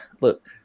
look